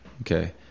Okay